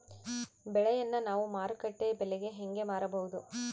ಬೆಳೆಯನ್ನ ನಾವು ಮಾರುಕಟ್ಟೆ ಬೆಲೆಗೆ ಹೆಂಗೆ ಮಾರಬಹುದು?